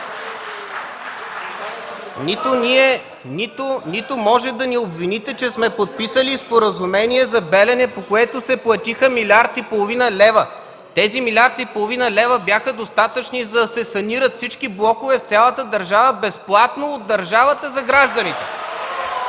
Нито може да ни обвините, че сме подписали споразумение за „Белене”, по което се платиха милиард и половина лева. Тези милиард и половина лева бяха достатъчни, за да се санират всички блокове в цялата държава безплатно от държавата за гражданите.